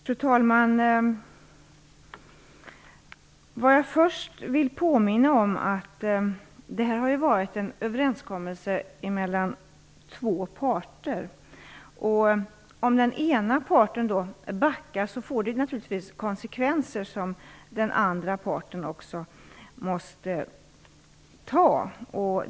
Fru talman! Jag vill först påminna om att detta har varit en överenskommelse mellan två parter. Om den ena parten backar får det naturligtvis konsekvenser som den andra parten också måste ta.